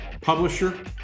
publisher